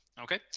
Okay